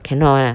cannot ah